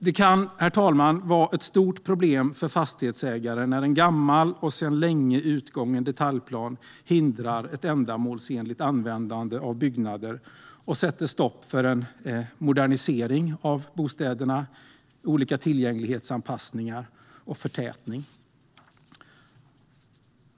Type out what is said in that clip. Det kan, herr talman, vara ett stort problem för fastighetsägare när en gammal och sedan länge utgången detaljplan hindrar ett ändamålsenligt användande av byggnader och sätter stopp för modernisering av bostäder, olika tillgänglighetsanpassningar och förtätning.